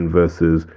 versus